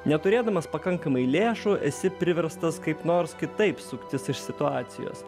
neturėdamas pakankamai lėšų esi priverstas kaip nors kitaip suktis iš situacijos